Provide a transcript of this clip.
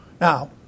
Now